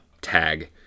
tag